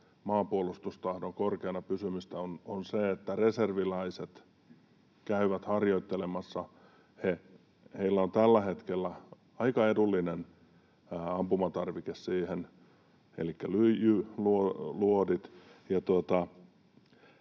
maanpuolustustahdon korkeana pysymistä on se, että reserviläiset käyvät harjoittelemassa. Heillä on tällä hetkellä aika edullinen ampumatarvike siihen, elikkä lyijyluodit,